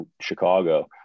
Chicago